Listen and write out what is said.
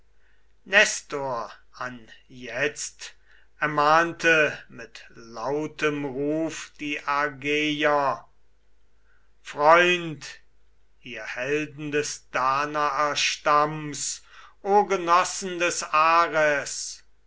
nestor anjetzt ermahnte mit lautem ruf die argeier freund ihr helden des danaerstamms o genossen des ares